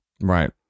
Right